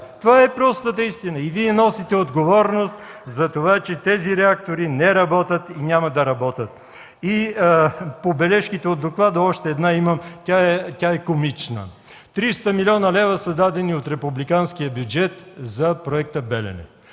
Това е простата истина и Вие носите отговорност за това, че тези реактори не работят и няма да работят. Имам още една бележка по доклада, тя е комична. Триста милиона лева са дадени от републиканския бюджет за проекта „Белене”.